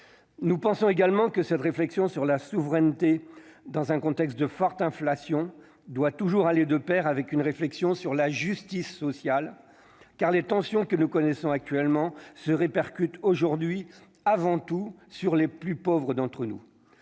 nous pensons également que cette réflexion sur la souveraineté, dans un contexte de forte inflation doit toujours aller de Pair avec une réflexion sur la justice sociale, car les tensions que nous connaissons actuellement se répercute aujourd'hui avant tout sur les plus pauvres d'entre nous,